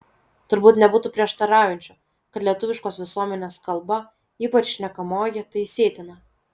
turbūt nebūtų prieštaraujančių kad lietuviškos visuomenės kalba ypač šnekamoji taisytina